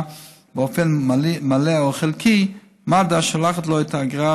באופן מלא או חלקי מד"א שולח לו את האגרה